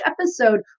episode